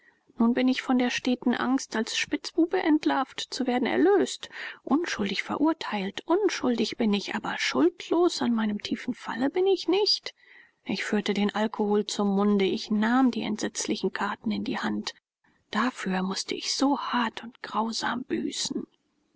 nun bin ich von der steten angst als spitzbube entlarvt zu werden erlöst unschuldig verurteilt unschuldig bin ich aber schuldlos an meinem tiefen falle bin ich nicht ich führte den alkohol zum munde ich nahm die entsetzlichen karten in die hand dafür mußte ich so hart und grausam büßen